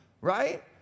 Right